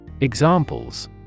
Examples